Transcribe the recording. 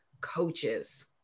coaches